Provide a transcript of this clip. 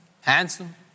handsome